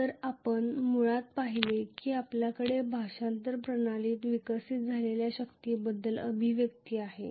तर आपण मुळात पाहिले आहे की आपल्याकडे भाषांतर प्रणालीत विकसित केलेल्या शक्तीबद्दल अभिव्यक्ती आहे